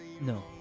No